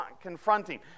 confronting